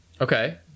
Okay